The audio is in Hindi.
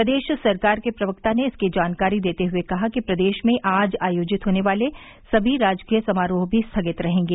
प्रदेश सरकार के प्रवक्ता ने इसकी जानकारी देते हुए कहा कि प्रदेश में आज आयोजित होने वाले सभी राजकीय समारोह भी स्थगित रहेंगे